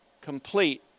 complete